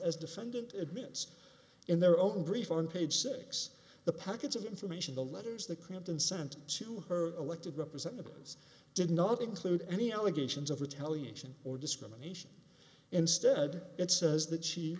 as defendant admits in their own brief on page six the packets of information the letters that clinton sent to her elected representatives did not include any allegations of retaliation or discrimination instead it says that she